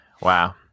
Wow